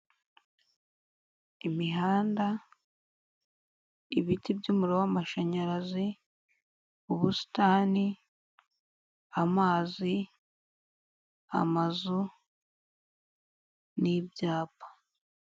Imihanda, ibiti by'umuriro w'amashanyarazi, ubusitani, amazi, amazu, n'ibyapa.